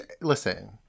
Listen